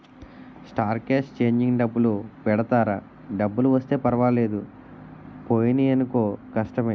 star cast changing డబ్బులు పెడతారా డబ్బులు వస్తే పర్వాలేదు పోయినాయనుకో కష్టమే